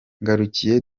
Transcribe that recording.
ngarukiye